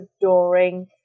adoring